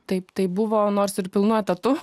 taip tai buvo nors ir pilnu etatu